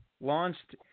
launched